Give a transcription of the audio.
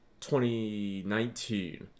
2019